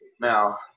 Now